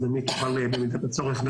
במידת הצורך,